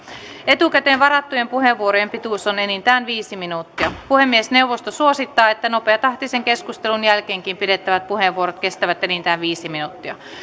etukäteen varattujen puheenvuorojen pituus on enintään viisi minuuttia puhemiesneuvosto suosittaa että nopeatahtisen keskustelun jälkeenkin pidettävät puheenvuorot kestävät enintään viisi minuuttia